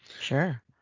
Sure